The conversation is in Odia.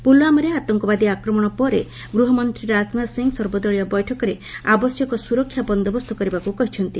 ପୁଲଓ୍ବାମାରେ ଆତଙ୍କବାଦୀ ଆକ୍ରମଣ ପରେ ଗୃହମନ୍ତ୍ରୀ ରାଜନାଥ ସିଂହ ସର୍ବଦଳୀୟ ବୈଠକରେ ଆବଶ୍ୟକ ସୁରକ୍ଷା ବନ୍ଦୋବସ୍ତ କରିବାକୁ କହିଛନ୍ତି